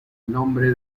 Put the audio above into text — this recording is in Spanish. nombre